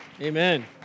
Amen